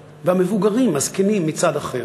והמבוגרים, הזקנים, מצד אחר.